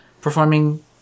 performing